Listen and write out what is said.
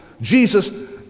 Jesus